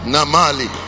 Namali